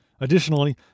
Additionally